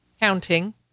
counting